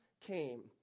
came